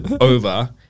over